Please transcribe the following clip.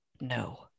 no